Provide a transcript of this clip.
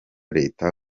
leta